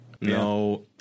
No